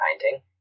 painting